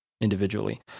individually